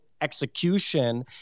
Execution